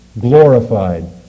glorified